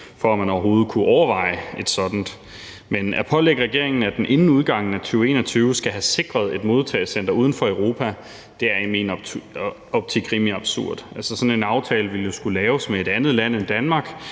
for at man overhovedet kunne overveje et sådant. Men at pålægge regeringen, at den inden udgangen af 2021 skal have sikret et modtagecenter uden for Europa, er i min optik rimelig absurd. Altså, sådan en aftale ville jo skulle laves med et andet land end Danmark,